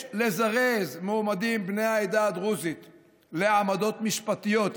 לזרז מועמדים בני העדה הדרוזית לעמדות משפטיות,